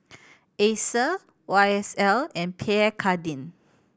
Acer Y S L and Pierre Cardin